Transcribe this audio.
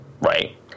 right